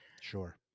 Sure